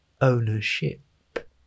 ownership